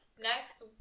next